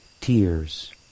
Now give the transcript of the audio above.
tears